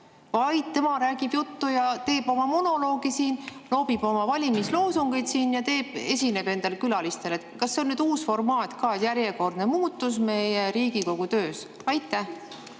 vaid tema räägib juttu ja [esitab] oma monoloogi siin, loobib valimisloosungeid ja esineb külalistele. Kas see on nüüd uus formaat, järjekordne muutus meie Riigikogu töös? Ma